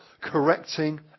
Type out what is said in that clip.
correcting